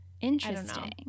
Interesting